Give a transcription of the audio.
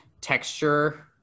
texture